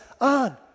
on